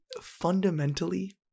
fundamentally